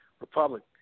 republic